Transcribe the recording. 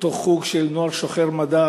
אותו חוג של נוער שוחר מדע